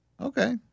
Okay